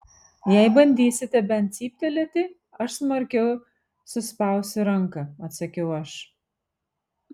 jei bandysite bent cyptelėti aš smarkiau suspausiu ranką atsakiau aš